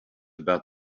about